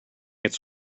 its